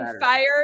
fired